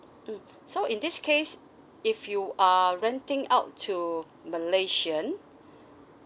mm so in this case if you are renting out to malaysian